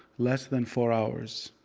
less than four hours.